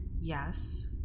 Yes